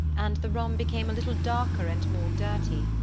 and the room became a little darker and more dirty.